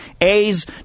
A's